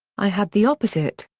i had the opposite.